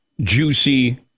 juicy